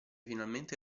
finalmente